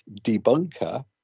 Debunker